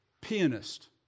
pianist